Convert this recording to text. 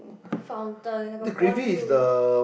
fountain like a fondue